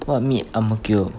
what meet ang mo kio